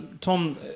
Tom